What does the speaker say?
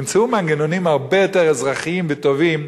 תמצאו מנגנונים הרבה יותר אזרחיים וטובים,